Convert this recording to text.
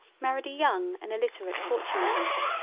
married a young and illiterate fortune-hunter.